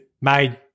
made